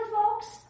folks